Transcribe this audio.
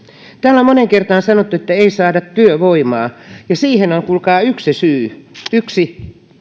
täällä on moneen kertaan sanottu että ei saada työvoimaa ja siihen on kuulkaa yksi syy yksi